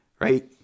right